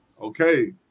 Okay